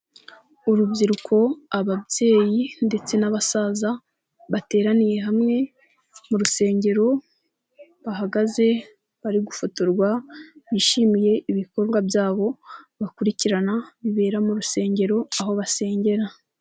Urubyiruko, ababyeyi, ndetse n'abasaza, bateraniye hamwe, mu rusengero, bahagaze bari gufotorwa, bishimiye ibikorwa byabo, bakurikirana, bibera mu rusengero aho basengera.